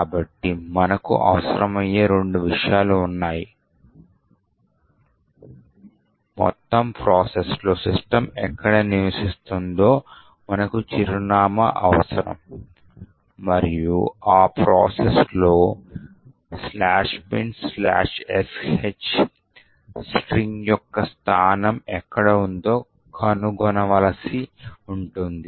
కాబట్టి మనకు అవసరమయ్యే రెండు విషయాలు ఉన్నాయి మొత్తం ప్రాసెస్ లో సిస్టమ్ ఎక్కడ నివసిస్తుందో మనకు చిరునామా అవసరం మరియు ఈ ప్రాసెస్ లో "binsh" స్ట్రింగ్ యొక్క స్థానం ఎక్కడ ఉందో కనుగొనవలసి ఉంటుంది